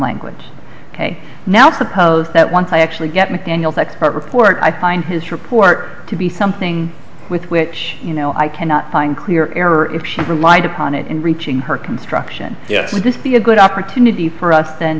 language ok now suppose that once i actually get mcdaniel report i find his report to be something with which you know i cannot find clear error if she relied upon it in reaching her construction yes let this be a good opportunity for us then